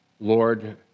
Lord